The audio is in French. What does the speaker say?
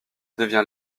devient